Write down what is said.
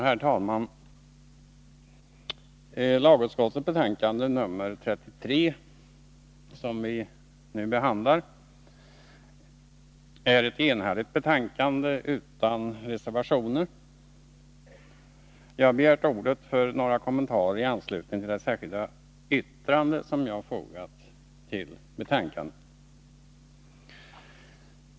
Herr talman! Lagutskottets betänkande nr 33, som vi nu behandlar, är ett enhälligt betänkande utan reservationer. Jag har begärt ordet för några kommentarer i anslutning till det särskilda yttrande som jag fogat till betänkandet.